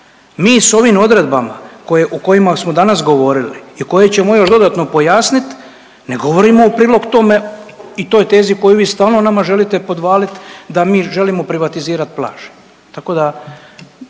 mi sa ovim odredbama o kojima smo danas govorili i koje ćemo još dodatno pojasniti ne govorimo u prilog tome i toj tezi koju vi stalno nama želite podvaliti da mi želimo privatizirati plaže.